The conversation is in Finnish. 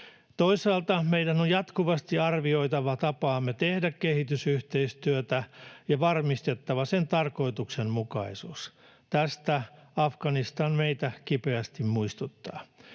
Toisaalta meidän on jatkuvasti arvioitava tapaamme tehdä kehitysyhteistyötä ja varmistettava sen tarkoituksenmukaisuus. Tästä Afganistan meitä kipeästi muistuttaa.